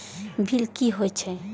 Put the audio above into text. Bill की हौए छै?